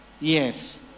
Yes